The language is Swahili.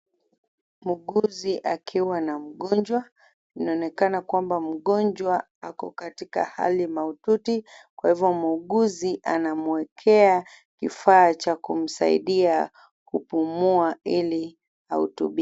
Muuguzi akiwa na mgonjwa ,inaonekana kuwa mgonjwa ako katika hali maututi kwa hivyo muuguzi anamwekea kifaa cha kumsaidia kupumua ili ahudumiwe.